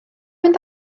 mynd